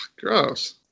gross